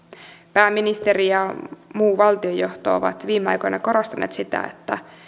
pääministeri ja muu valtionjohto ovat viime aikoina korostaneet sitä että